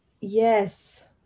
Yes